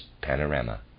panorama